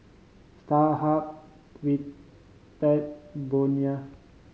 Starhub Bonia